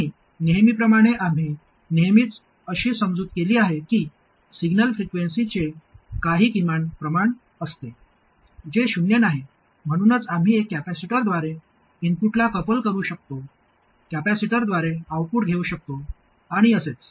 आणि नेहमीप्रमाणे आम्ही नेहमीच अशी समजूत केली आहे की सिग्नल फ्रिक्वेन्सीचे काही किमान प्रमाण असते जे शून्य नाही म्हणूनच आम्ही एक कपॅसिटरद्वारे इनपुटला कपल करू शकतो कॅपेसिटरद्वारे आउटपुट घेऊ शकतो आणि असेच